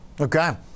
Okay